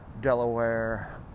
Delaware